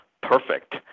perfect